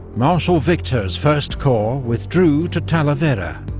marshal victor's first corps withdrew to talavera,